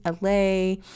LA